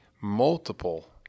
multiple